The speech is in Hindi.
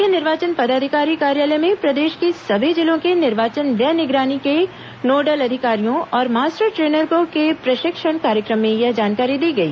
मुख्य निर्वाचन पदाधिकारी कार्यालय में प्रदेश के सभी जिलों के निर्वाचन व्यय निगरानी के नोडल अधिकारियों और मास्टर ट्रेनरों के प्रशिक्षण कार्यक्रम में यह जानकारी दी गई